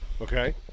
Okay